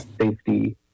safety